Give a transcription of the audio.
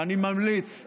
ואני ממליץ,